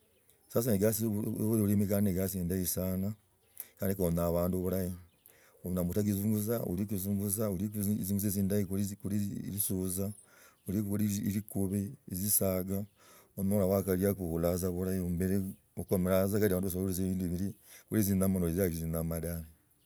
Sasa egasi ya bulimi gandi na gasi endah sana. kali ekangaa abandu bulahi. Onyala ta kezinyutza, olie kizungutza, olie tzingutza tzindah. Khuli litsiza, likubi etzisaga onyala wagalia obula tzabulah, ombili kugamala tza